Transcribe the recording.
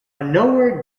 nowhere